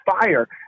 fire